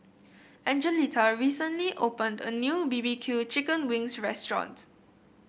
Angelita recently opened a new B B Q Chicken Wings restaurant